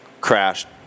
crashed